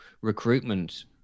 recruitment